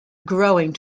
growing